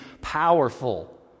powerful